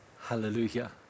Hallelujah